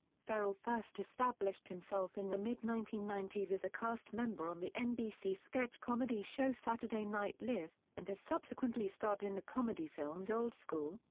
ferrell first established himself in the mid nineteen ninety s as a cast member on the nbc sketch comedy show saturday night live, and has subsequently starred in the comedy films old school,